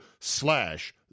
slash